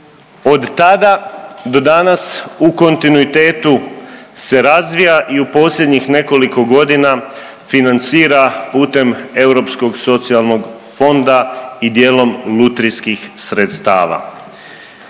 od tada do danas u kontinuitetu se razvija i u posljednjih nekoliko godina financira putem Europskog socijalnog fonda i dijelom lutrijskih sredstava.